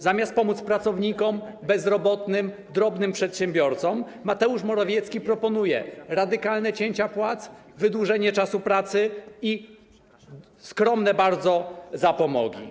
Zamiast pomóc pracownikom, bezrobotnym, drobnym przedsiębiorcom, Mateusz Morawiecki proponuje radykalne cięcia płac, wydłużenie czasu pracy i bardzo skromne zapomogi.